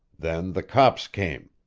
then the cops came.